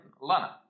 Lana